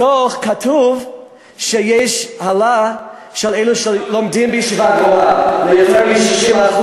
בדוח כתוב שעלה שיעור אלה שלומדים בישיבה גבוהה ליותר מ-60%,